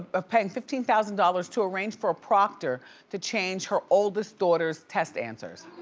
but paying fifteen thousand dollars to arrange for a proctor to change her oldest daughter's test answers.